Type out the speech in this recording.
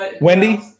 Wendy